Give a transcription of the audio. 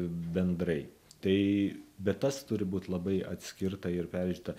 bendrai tai bet tas turi būt labai atskirta ir peržiūrėta